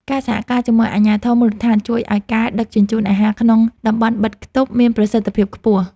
ការសហការជាមួយអាជ្ញាធរមូលដ្ឋានជួយឱ្យការដឹកជញ្ជូនអាហារក្នុងតំបន់បិទខ្ទប់មានប្រសិទ្ធភាពខ្ពស់។